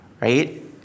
right